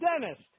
dentist